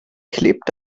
klebt